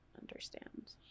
understand